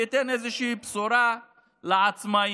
וייתן איזושהי בשורה לעצמאים.